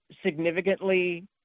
significantly